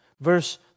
Verse